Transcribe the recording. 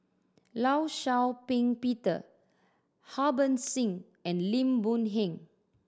Law Shau Ping Peter Harbans Singh and Lim Boon Heng